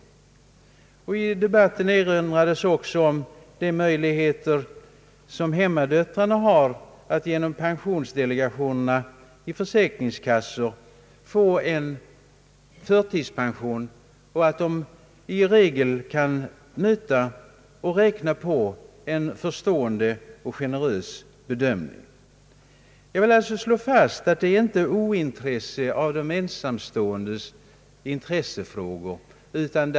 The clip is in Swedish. I den senaste riksdagsdebatten erinrades också om de möjligheter hemmadöttrarna har att genom pensionsdelegationerna i försäkringskassorna få förtidspension och att de i regel kan räkna på en förstående och generös bedömning. Jag vill slå fast att majoriteten givetvis inte är ointresserad av de ensamståendes problem.